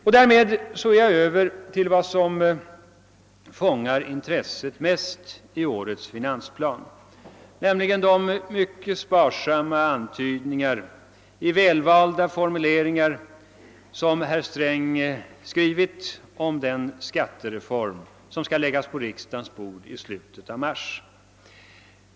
Med detta har jag kommit in på det som mest fångar intresset i årets finansplan, nämligen herr Strängs mycket sparsamma antydningar, i väl valda formuleringar, om en skattereform, som skall läggas på riksdagens bord i slutet av mars.